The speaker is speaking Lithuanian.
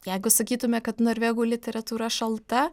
jeigu sakytume kad norvegų literatūra šalta